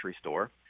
store